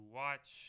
watch